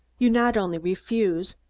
you not only refuse,